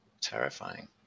Terrifying